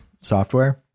software